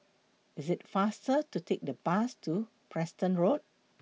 IT IS faster to Take The Bus to Preston Road